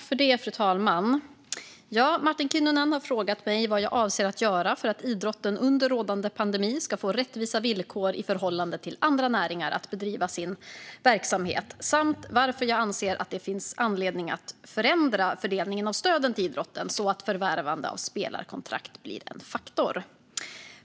Fru talman! Martin Kinnunen har frågat mig vad jag avser att göra för att idrotten under rådande pandemi ska få rättvisa villkor i förhållande till andra näringar för att bedriva sin verksamhet. Han har även frågat varför jag anser att det finns anledning att förändra fördelningen av stöden till idrotten så att förvärvande av spelarkontrakt blir en faktor.